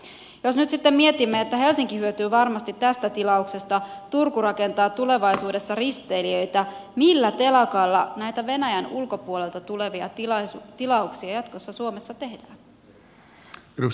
jos nyt sitten mietimme että helsinki hyötyy varmasti tästä tilauksesta turku rakentaa tulevaisuudessa risteilijöitä millä telakalla näitä venäjän ulkopuolelta tulevia tilauksia jatkossa suomessa tehdään